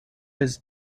his